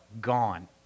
gone